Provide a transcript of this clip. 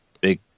big